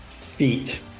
feet